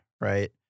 right